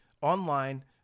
online